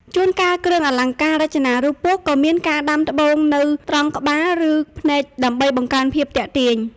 ជួនកាលគ្រឿងអលង្ការរចនារូបពស់ក៏មានការដាំត្បូងនៅត្រង់ក្បាលឬភ្នែកដើម្បីបង្កើនភាពទាក់ទាញ។